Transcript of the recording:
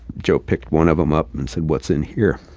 joe picked one of them up and said, what's in here?